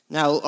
Now